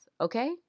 okay